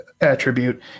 Attribute